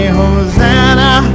Hosanna